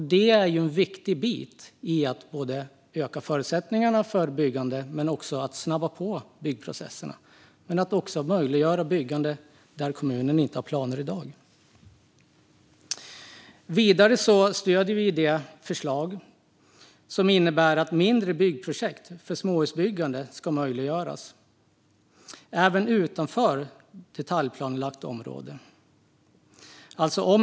Det är en viktig bit i att både öka förutsättningarna för byggande och snabba på byggprocesserna. Det möjliggör också byggande där kommunen inte har planer i dag. Vidare stöder vi det förslag som innebär att mindre byggprojekt för småhusbyggande möjliggörs även utanför detaljplanelagt område.